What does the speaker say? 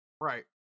Right